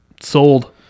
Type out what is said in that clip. Sold